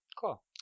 Cool